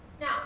now